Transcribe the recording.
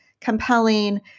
compelling